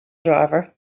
driver